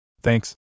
Thanks